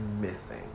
missing